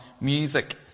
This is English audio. music